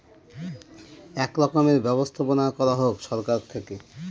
এক রকমের ব্যবস্থাপনা করা হোক সরকার থেকে